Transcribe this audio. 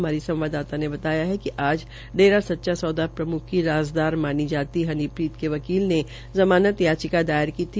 हमारी संवाददाता ने बताया है कि आज डेरा सच्चा सौदा प्रमुख की राज़दार मानी जाती हनीप्रीत के वकील ने ज़मानत याचिका दायर की थी